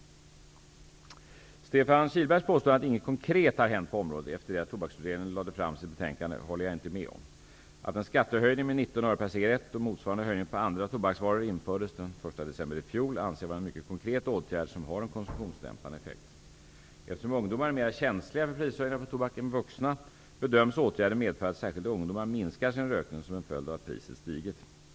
Stefan Kihlbergs påstående att inget konkret har hänt på området efter det att Tobaksutredningen lade fram sitt betänkande håller jag inte med om. Att en skattehöjning med 19 öre per cigarrett och motsvarande höjning på andra tobaksvaror infördes den 1 december i fjol anser jag vara en mycket konkret åtgärd, som har en konsumtionsdämpande effekt. Eftersom ungdomar är mera känsliga för prishöjningar på tobak än vuxna, bedöms åtgärden medföra att särskilt ungdomar minskar sin rökning som en följd av att priset stigit.